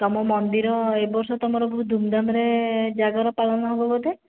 ତୁମ ମନ୍ଦିର ଏ ବର୍ଷ ତମର ବହୁତ ଧୂମ୍ଧାମ୍ରେ ଜାଗର ପାଳନ ହେବ ବୋଧେ